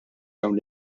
dawn